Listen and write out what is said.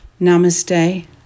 Namaste